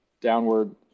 downward